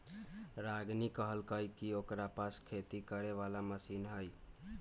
रागिनी कहलकई कि ओकरा पास खेती करे वाला समान हई